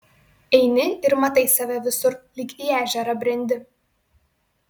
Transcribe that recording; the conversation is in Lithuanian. eini ir matai save visur lyg į ežerą brendi